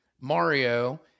Mario